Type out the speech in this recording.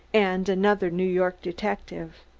and another new york detective.